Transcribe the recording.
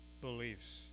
beliefs